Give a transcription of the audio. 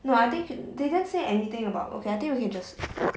no I think they didn't say anything about okay I think we can just